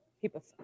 people